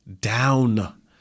down